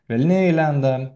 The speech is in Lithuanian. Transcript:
velniai lenda